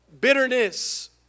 bitterness